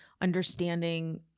understanding